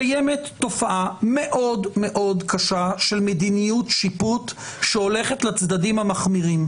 קיימת תופעה מאוד מאוד קשה של מדיניות שיפוט שהולכת לצדדים המחמירים,